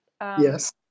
Yes